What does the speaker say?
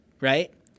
right